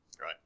Right